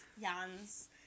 Jan's